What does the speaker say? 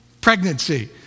pregnancy